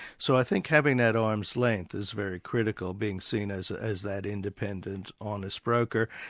so i think having that arm's length is very critical, being seen as as that independent, honest broker.